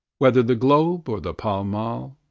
whether the globe or the pall mall,